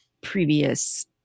previous